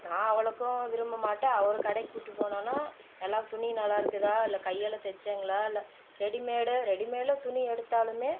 நான் அவ்வளோக்கும் விரும்பமாட்டேன் அவர் கடைக்கு கூட்டிகிட்டு போனோன்னா எல்லா துணியும் நல்லா இருக்குதா இல்லை கையால தைச்சேங்களா இல்லை ரெடிமேடு ரெடிமேடு துணி எடுத்தாலுமே